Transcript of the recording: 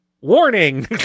Warning